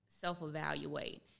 self-evaluate